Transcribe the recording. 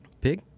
Pig